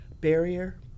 barrier